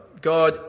God